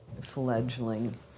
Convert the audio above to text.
fledgling